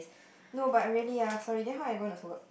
no but I really ah sorry then how I gonna survive work